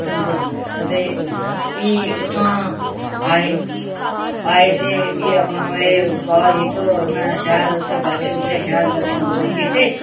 सुंदर आ ते फ्ही उत्थुआं आए आए ते फ्ही अपना मजे दे बाबा जित्तो अपना शैल उत्थें बैठे बूठे शैल दर्शन दुर्शन कीते